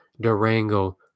Durango